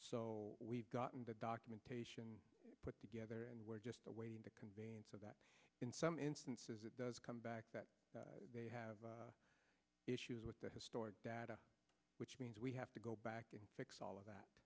so we've gotten the documentation put together and we're just awaiting to convene so that in some instances it does come back that they have issues with the historic data which means we have to go back and fix all of that